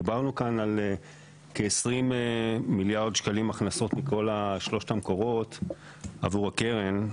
דיברנו כאן על כ-20 מיליארד שקלים הכנסות מכל שלושת המקורות עבור הקרן,